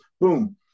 boom